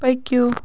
پٔکِو